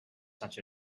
such